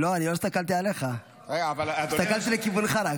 לא, לא הסתכלתי עליך, רק הסתכלתי לכיוונך.